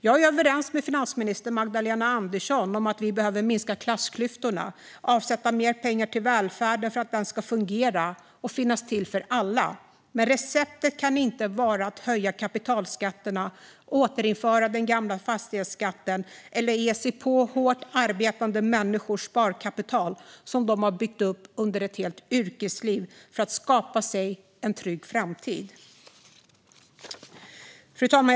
Jag är överens med finansminister Magdalena Andersson om att vi behöver minska klassklyftorna och avsätta mer pengar till välfärden för att den ska fungera och finnas till för alla, men receptet kan inte vara att höja kapitalskatterna, återinföra den gamla fastighetsskatten eller ge sig på det sparkapital som hårt arbetande människor har byggt upp under ett helt yrkesliv för att skapa sig en trygg framtid. Fru talman!